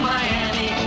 Miami